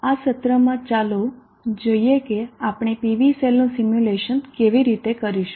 આ સત્રમાં ચાલો જોઈએ કે આપણે પીવી સેલનું સિમ્યુલેશન કેવી રીતે કરીશું